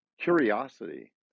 curiosity